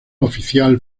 oficial